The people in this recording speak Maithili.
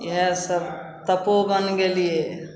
इएहसब तपोवन गेलिए